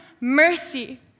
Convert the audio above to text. mercy